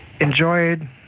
enjoyed